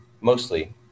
mostly